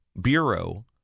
bureau